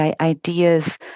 ideas